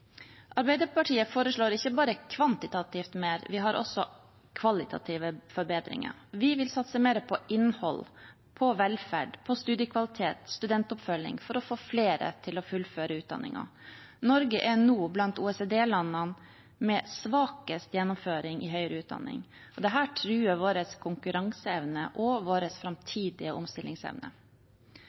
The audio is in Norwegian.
Arbeiderpartiet foreslår ikke bare kvantitativt mer, vi har også kvalitative forbedringer. Vi vil satse mer på innhold, på velferd, på studiekvalitet og på studentoppfølging for å få flere til å fullføre utdanningen. Norge er nå blant OECD-landene med svakest gjennomføring i høyere utdanning. Dette truer vår konkurranseevne og vår framtidige omstillingsevne.